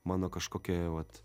mano kažkokia vat